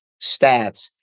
stats